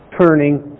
turning